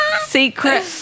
secret